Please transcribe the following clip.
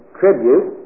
tribute